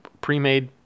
pre-made